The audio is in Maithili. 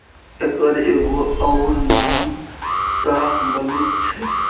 एकर एगो अउर नाम शाहबलुत छै